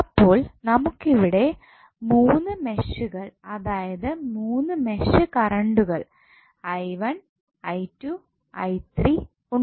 അപ്പോൾ നമുക്കിവിടെ മൂന്ന് മെഷു കൾ അതായത് മൂന്ന് മെഷ് കറണ്ടുകൾ ഉണ്ട്